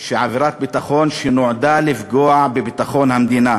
עבירת ביטחון שנועדה לפגוע בביטחון המדינה,